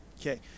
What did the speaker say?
Okay